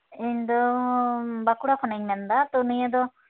ᱤᱧᱫᱚ ᱵᱟᱸᱠᱩᱲᱟ ᱠᱷᱚᱱᱤᱧ ᱢᱮᱱ ᱮᱫᱟ ᱛᱳ ᱱᱤᱭᱟᱹᱫᱚ